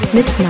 Miss